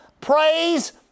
praise